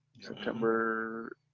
September